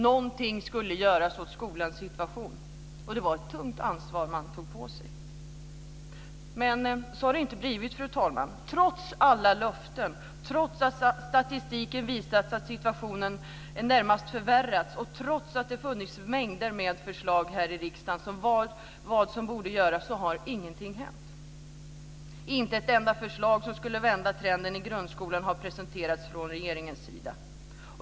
Någonting skulle göras åt skolans situation, och det var ett tungt ansvar som man tog på sig. Fru talman! Men så har det inte blivit. Trots alla löften, trots att statistiken visat att situationen i det närmaste förvärrats och trots att det har funnits mängder av förslag till riksdagen om vad som borde göras har ingenting hänt. Inte ett enda förslag som skulle vända trenden i grundskolan har presenterats från regeringens sida.